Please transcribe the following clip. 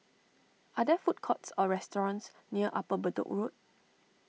are there food courts or restaurants near Upper Bedok Road